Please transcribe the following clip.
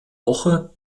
woche